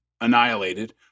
annihilated